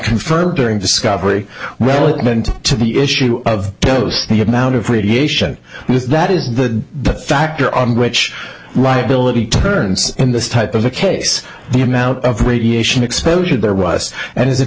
confirmed during discovery well it meant to the issue of dose the amount of radiation that is the factor on which right bill it turns in this type of a case the amount of radiation exposure there was and